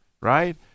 right